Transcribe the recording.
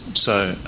so,